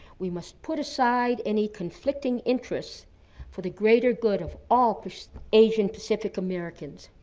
we must put aside any conflicting interest for the greater good of all asian-pacific americans.